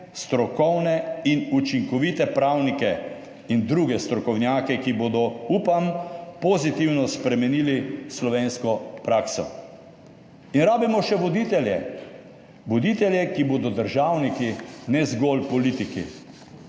strokovne in učinkovite pravnike in druge strokovnjake, ki bodo, upam, pozitivno spremenili slovensko prakso. In rabimo še voditelje. Voditelje, ki bodo državniki ne zgolj politiki,